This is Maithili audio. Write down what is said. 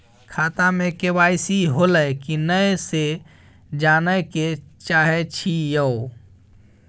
खाता में के.वाई.सी होलै की नय से जानय के चाहेछि यो?